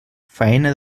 faena